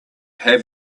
have